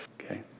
Okay